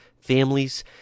families